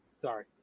sorry